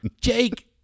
Jake